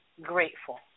grateful